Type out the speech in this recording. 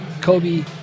Kobe